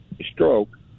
stroke